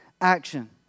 action